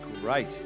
great